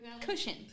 cushion